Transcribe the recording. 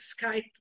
Skype